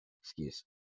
Excuse